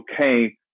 okay